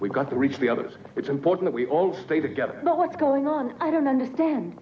we've got to reach the others it's important we all stay together but what's going on i don't understand